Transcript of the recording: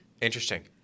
Interesting